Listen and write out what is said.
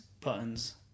buttons